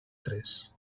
tres